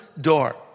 door